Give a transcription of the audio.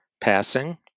passing